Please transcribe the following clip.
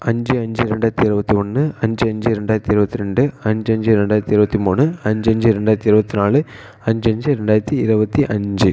அஞ்சு அஞ்சு ரெண்டாயிரத்தி இருபத்தி ஒன்று அஞ்சு அஞ்சு ரெண்டாயிரத்தி இருபத்தி ரெண்டு அஞ்சு அஞ்சு ரெண்டாயிரத்தி இருபத்தி மூணு அஞ்சு அஞ்சு ரெண்டாயிரத்தி இருபத்தி நாலு அஞ்சு அஞ்சு ரெண்டாயிரத்தி இருபத்தி அஞ்சு